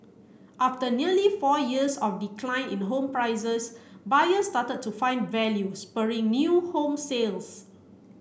after nearly four years of decline in home prices buyers started to find value spurring new home sales